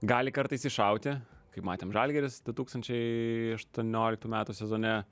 gali kartais iššauti kaip matėm žalgiris du tūkstančiai aštuonioliktų metų sezone